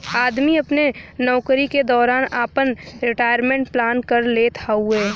आदमी अपने नउकरी के दौरान आपन रिटायरमेंट प्लान कर लेत हउवे